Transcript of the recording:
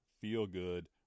feel-good